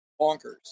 bonkers